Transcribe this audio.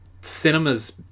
cinema's